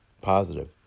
positive